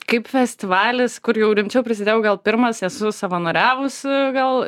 kaip festivalis kur jau rimčiau prisidėjau gal pirmas esu savanoriavusi gal